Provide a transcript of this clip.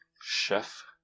Chef